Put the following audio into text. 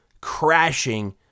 crashing